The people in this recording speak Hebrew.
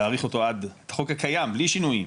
להאריך את החוק הקיים בלי שינויים,